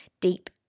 deep